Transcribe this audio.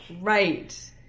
Right